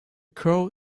crow